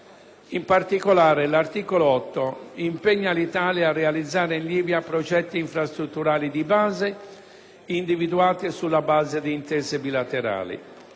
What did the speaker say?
In particolare, l'articolo 8 impegna l'Italia a realizzare in Libia progetti infrastrutturali di base, individuati sulla base di intese bilaterali.